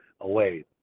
away